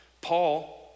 Paul